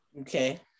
Okay